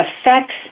affects